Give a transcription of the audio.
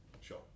sure